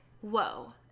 Whoa